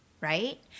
right